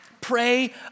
Pray